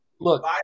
look